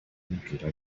kubibwira